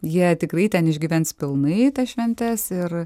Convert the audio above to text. jie tikrai ten išgyvens pilnai tas šventes ir